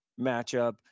matchup